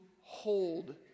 hold